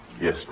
Yes